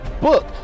book